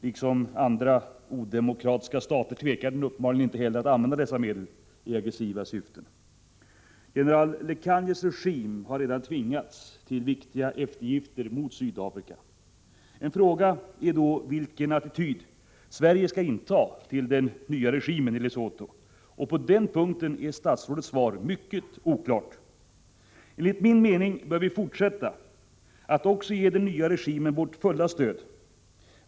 Liksom andra odemokratiska regimer tvekar den uppenbarligen inte heller att använda dessa medel i aggressiva syften. General Lekhanyas regim har redan tvingats till viktiga eftergifter mot Sydafrika. En fråga är då vilken attityd Sverige skall inta till den nya regimen i Lesotho, och på den punkten är statsrådets svar mycket oklart. Enligt min mening bör vi fortsätta att också ge den nya regimen vårt fulla stöd.